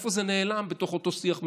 איפה זה נעלם בתוך אותו שיח מבולבל?